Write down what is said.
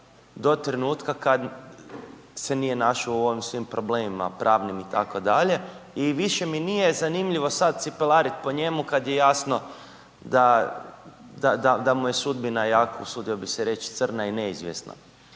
do trenutka kada se nije našao u svim ovim problemima pravnim itd. i više mi nije zanimljivo sad cipelarit po njemu kada je jasno da mu je sudbina jako, usudio bih se reć crna i neizvjesna.